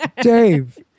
Dave